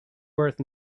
worth